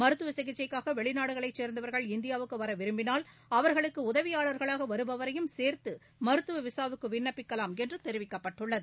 மருத்துவ சிகிச்சைக்காக வெளிநாடுகளைச் கேந்தவர்கள் இந்தியாவுக்கு வர விரும்பினால் அவர்களுக்கு உதவியாளர்களாக வருபவரையும் சேர்து மருத்துவ விசாவுக்கு விண்ணப்பிக்கலாம் என்று தெரிவிக்கப்பட்டுள்ளது